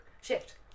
shift